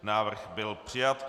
Návrh byl přijat.